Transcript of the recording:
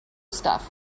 stuff